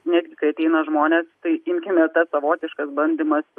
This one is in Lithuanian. netgi kai ateina žmonės tai imkime tas savotiškas bandymas